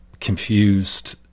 confused